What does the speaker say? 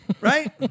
Right